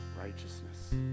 righteousness